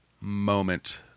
moment